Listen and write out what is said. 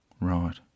right